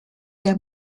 der